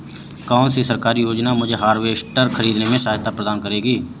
कौन सी सरकारी योजना मुझे हार्वेस्टर ख़रीदने में सहायता प्रदान करेगी?